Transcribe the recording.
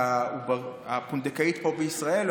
והפונדקאית פה בישראל.